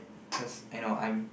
cause you know I'm